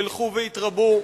ילכו ויתרבו,